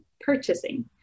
purchasing